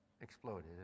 exploded